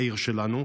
לעיר שלנו,